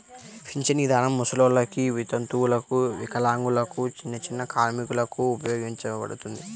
పింఛను ఇదానం ముసలోల్లకి, వితంతువులకు, వికలాంగులకు, చిన్నచిన్న కార్మికులకు ఉపయోగపడతది